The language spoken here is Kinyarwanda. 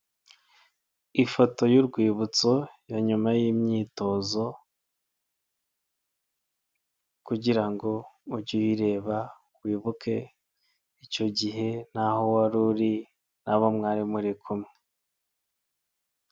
Ifoto y'urwibutso ya nyuma y'imyitozo, kugira ngo ujye ureba wibuke icyo gihe nahoho wari uri n'abo mwari muri kumwe.